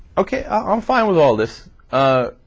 okay on file with all this ah.